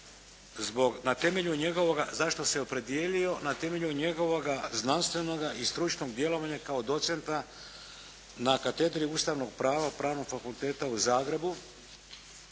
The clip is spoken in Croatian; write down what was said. na temelju njegovoga znanstvenoga i stručnog djelovanja kao docenta na Katedri ustavnog prava Pravnog fakulteta u Zagrebu.